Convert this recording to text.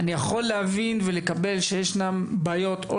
אני מבין שיש בעיות משפטיות,